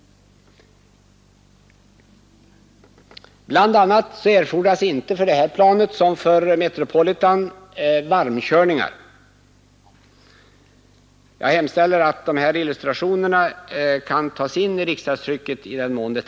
Bl. a. erfordras inte för det här planet som för Convair Metropolitan varmkörningar.